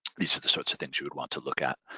these are the sorts of things you would want to look at.